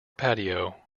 patio